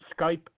Skype